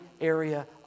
area